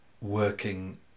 working